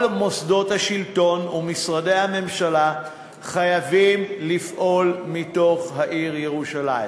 כל מוסדות השלטון ומשרדי הממשלה חייבים לפעול מתוך העיר ירושלים.